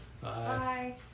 Bye